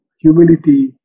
humility